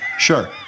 Sure